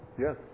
Yes